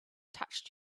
touched